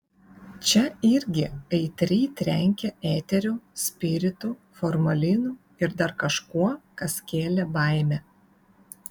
čia irgi aitriai trenkė eteriu spiritu formalinu ir dar kažkuo kas kėlė baimę